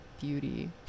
beauty